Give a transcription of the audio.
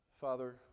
Father